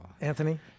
Anthony